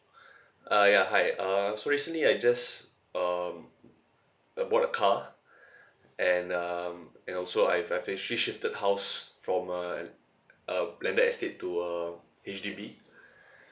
ah ya hi uh so recently I just um uh bought a car and um and also I've I've actually shifted house from a a landed estate to uh H_D_B